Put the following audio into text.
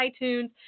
iTunes